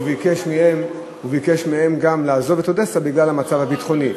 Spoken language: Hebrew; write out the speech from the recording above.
וביקש מהם גם לעזוב את אודסה בגלל המצב הביטחוני.